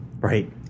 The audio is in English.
Right